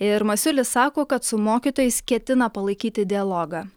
ir masiulis sako kad su mokytojais ketina palaikyti dialogą